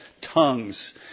tongues